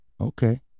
Okay